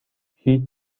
هیچ